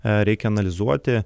reikia analizuoti